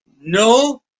No